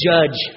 Judge